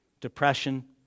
depression